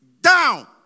down